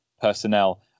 personnel